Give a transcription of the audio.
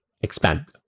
expand